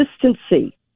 consistency